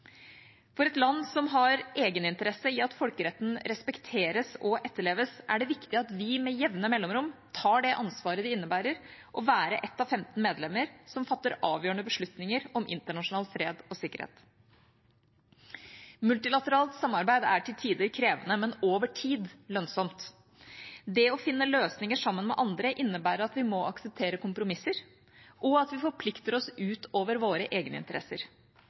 for oss. For et land som har en egeninteresse i at folkeretten respekteres og etterleves, er det viktig at vi – med jevne mellomrom – tar det ansvaret det innebærer å være ett av femten medlemmer som fatter avgjørende beslutninger om internasjonal fred og sikkerhet. Multilateralt samarbeid er til tider krevende, men over tid lønnsomt. Det å finne løsninger sammen med andre innebærer at vi må akseptere kompromisser, og at vi forplikter oss utover våre